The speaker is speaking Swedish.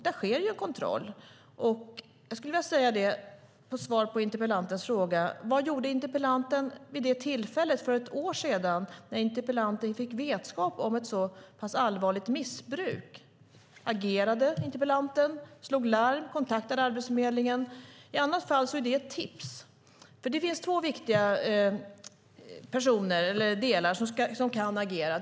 Där sker en kontroll, och jag skulle vilja fråga interpellanten vad interpellanten gjorde vid det tillfället, för ett år sedan, när interpellanten fick vetskap om ett så pass allvarligt missbruk. Agerade interpellanten, slog larm och kontaktade Arbetsförmedlingen? I annat fall är det ett tips, för det finns några viktiga parter som kan agera.